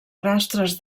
rastres